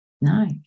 No